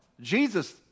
Jesus